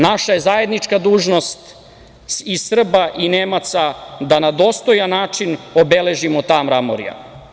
Naša je zajednička dužnost i Srba i Nemaca da na dostojan način obeležimo ta mramorja.